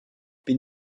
bin